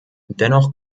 dennoch